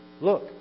Look